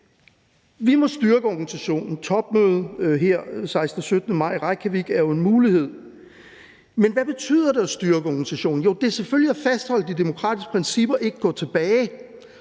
Vi må styrke organisationen. Topmødet her den 16.-17. maj i Reykjavik er jo en mulighed, men hvad betyder det at styrke organisationen? Jo, det er selvfølgelig at fastholde de demokratiske principper – ikke gå tilbage